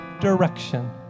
direction